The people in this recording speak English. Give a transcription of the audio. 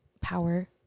power